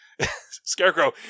Scarecrow